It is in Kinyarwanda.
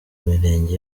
mirenge